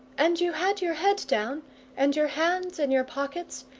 and you had your head down and your hands in your pockets,